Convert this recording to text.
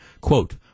Quote